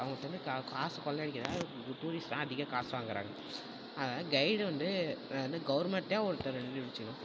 அவங்கள்ட்டேர்ந்து காசு கொள்ளையடிக்கிறனால டூரிஸ்ட்லாம் அதிக காசு வாங்குறாங்க அதனால் கைடு வந்து கவர்மெண்ட்டே ஒருத்தரை வந்து வச்சுக்கணும்